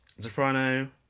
Soprano